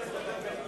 ?